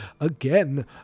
again